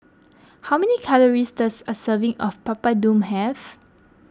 how many calories does a serving of Papadum have